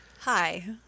Hi